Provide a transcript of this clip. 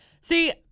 See